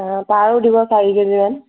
তাৰো দিব চাৰি কেজিমান